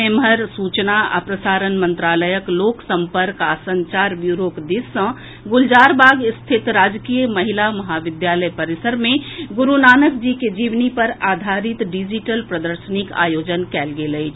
एम्हर सूचना आ प्रसारण मंत्रालयक लोक सम्पर्क आ संचार ब्यूरोक दिस सँ गुलजारबाग रिथत राजकीय महिला महाविद्यालय परिसर मे गुरूनानक जी के जीवनी पर आधारित डिजिटल प्रदर्शनीक आयोजन कयल गेल अछि